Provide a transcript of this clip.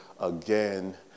again